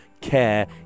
care